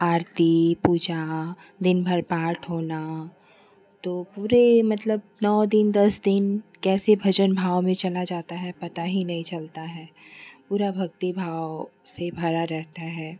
आरती पूजा दिनभर पाठ होना तो पूरे मतलब नौ दिन दस दिन कैसे भजन भाव में चला जाता है पता ही नहीं चलता है पूरा भक्ति भाव से भरा रहता है